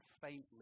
faintly